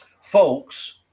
Folks